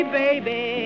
baby